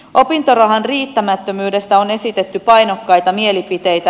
opintorahan riittämättömyydestä on esitetty painokkaita mielipiteitä